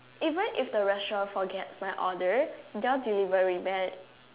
even if the restaurant forgets my order your delivery man